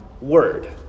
word